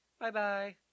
Bye-bye